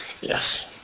Yes